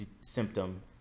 symptom